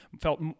felt